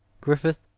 griffith